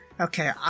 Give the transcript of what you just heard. okay